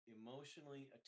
emotionally